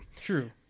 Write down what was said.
True